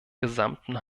gesamten